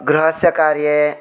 गृहस्य कार्ये